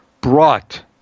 brought